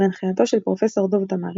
בהנחייתו של פרופסור דב תמרי